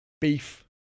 beef